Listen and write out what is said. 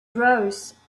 rose